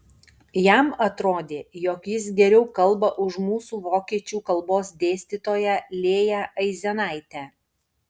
jam atrodė jog jis geriau kalba už mūsų vokiečių kalbos dėstytoją lėją aizenaitę